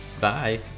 Bye